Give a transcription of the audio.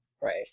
Right